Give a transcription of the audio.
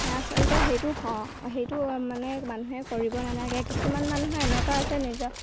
আচলতে সেইটো সেইটো মানে মানুহে কৰিব নালাগে কিছুমান মানুহ এনেকুৱা আছে নিজৰ